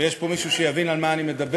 ויש פה מישהו שיבין על מה אני מדבר,